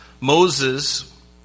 Moses